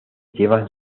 llevan